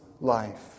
life